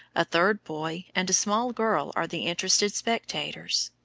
a third boy and a small girl are the interested spectators.